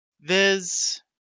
Viz